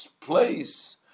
place